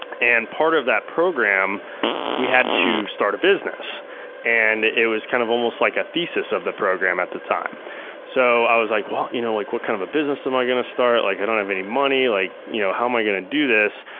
and part of that program we had to start a business and it was kind of almost like a thesis of the program at the time so, i was like well you know like what kind of a business am i gonna start? like i don't have any money, like you know, how am i gonna do this?